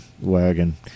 wagon